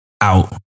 out